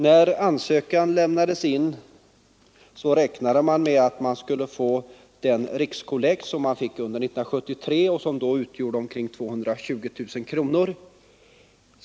När ansökan lämnades in, räknade man med att man skulle få den rikskollekt som man fick under 1973 och som då utgjorde omkring 220000 kronor.